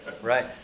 Right